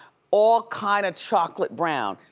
all kind of chocolate brown.